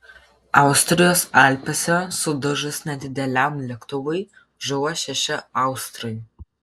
austrijos alpėse sudužus nedideliam lėktuvui žuvo šeši austrai